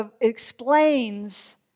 explains